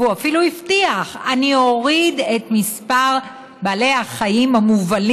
הוא אפילו הבטיח: אני אוריד את מספר בעלי החיים המובלים